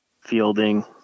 fielding